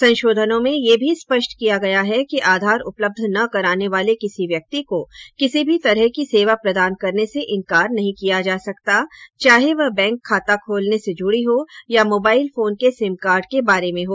संशोधनों में यह भी स्पष्ट किया गया है कि आधार उपलब्ध न कराने वाले किसी व्यक्ति को किसी भी तरह की सेवा प्रदान करने से इन्कार नहीं किया जा सकता चाहे वह बैंक खाता खोलने से जुड़ी हो या मोबाइल फोन के सिम कार्ड के बारे में हो